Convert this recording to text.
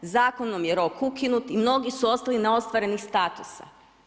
Zakonom je rok ukinut i mnogi su ostali neostvarenih statusa.